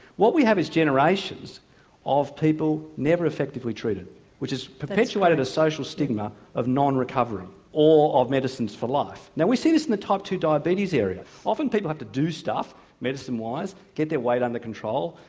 what we have is generations of people never effectively treated which has perpetuated a social stigma of non-recovery or of medicines for life. now we see this in the type two diabetes area. often people have to do stuff medicine-wise, get their weight under control,